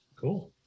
Cool